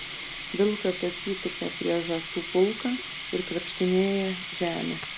vilkas atsitupia prieš žąsų pulką ir krapštinėja žemę